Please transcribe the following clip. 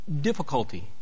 difficulty